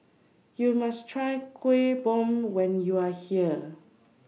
YOU must Try Kueh Bom when YOU Are here